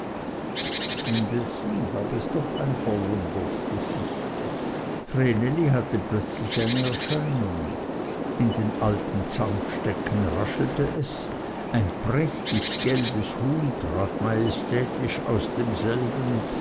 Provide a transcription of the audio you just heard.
indessen gab es doch ein verwundert gesicht vreneli hatte plötzlich eine erscheinung in den alten zaunstecken raschelte es ein prächtig gelbes huhn trat majestätisch aus denselben